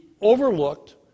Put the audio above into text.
overlooked